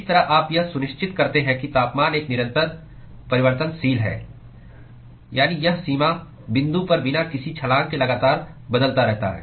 इस तरह आप यह सुनिश्चित करते हैं कि तापमान एक निरंतर परिवर्तनशील है यानी यह सीमा बिंदु पर बिना किसी छलांग के लगातार बदलता रहता है